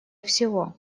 всего